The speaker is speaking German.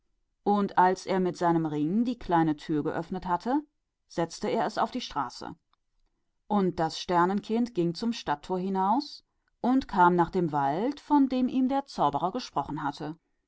und nachdem er die kleine tür mit seinem ring geöffnet hatte schob er es auf die straße und das sternenkind ging zu den toren der stadt hinaus und kam zu dem wald wovon ihm der zauberer gesprochen hatte